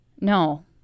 No